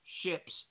ships